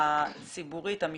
ההתמודדות הציבורית, המשטרתית,